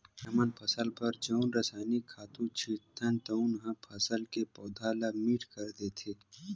हमन फसल बर जउन रसायनिक खातू छितथन तउन ह फसल के पउधा ल मीठ कर देथे